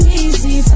easy